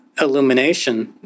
illumination